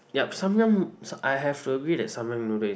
yup Samyang I have agree that Samyang noodle is